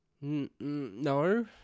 No